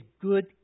good